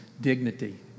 dignity